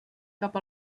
cap